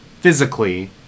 physically